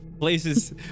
Places